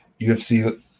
UFC